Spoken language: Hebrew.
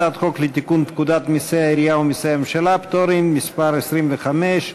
הצעת חוק לתיקון פקודת מסי העירייה ומסי הממשלה (פטורין) (מס' 25)